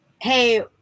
Hey